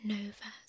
Nova